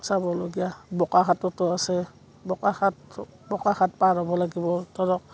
চাবলগীয়া বোকাখাততো আছে বোকাখাত বোকাখাত পাৰ হ'ব লাগিব ধৰক